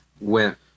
went